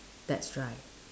that's right